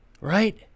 right